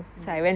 mm